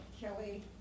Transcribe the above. Kelly